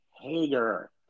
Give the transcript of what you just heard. Hager